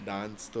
Dance